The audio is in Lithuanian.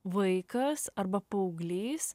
vaikas arba paauglys